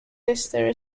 history